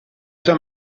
già